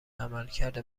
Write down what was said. عملکرد